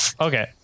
Okay